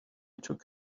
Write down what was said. took